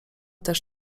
też